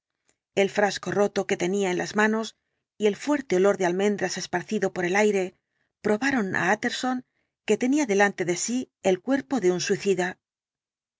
el frasco roto que tenía en las manos y el fuerte olor de almendras esparcido por el aire probaron á utterson que tenía delante de sí el cuerpo de un suicida